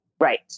right